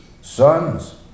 sons